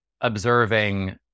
observing